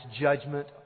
judgment